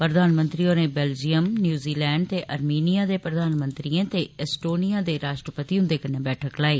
प्रधानमंत्री होरें Belgium New Zealand ते आर्मीनियां दे प्रधानमंत्रियें ते एसटोनियां दे राष्ट्रपति हुन्दे कन्नै बैठक लाई